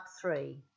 three